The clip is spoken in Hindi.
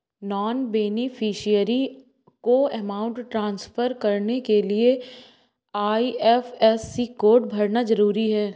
नॉन बेनिफिशियरी को अमाउंट ट्रांसफर करने के लिए आई.एफ.एस.सी कोड भरना जरूरी है